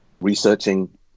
researching